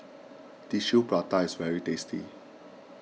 Tissue Prata is very tasty